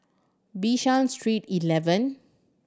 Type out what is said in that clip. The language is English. Bishan Street Eleven